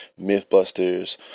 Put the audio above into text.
Mythbusters